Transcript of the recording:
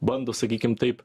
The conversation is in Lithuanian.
bando sakykim taip